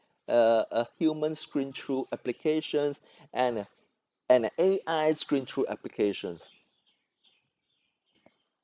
uh a human screen through applications and a and a A_I screen through applications